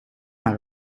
naar